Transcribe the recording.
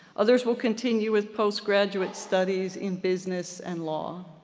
others will continue with postgraduate studies in business and law.